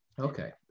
okay